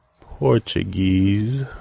Portuguese